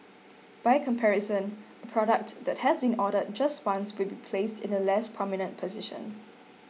by comparison a product that has been ordered just once would be placed in a less prominent position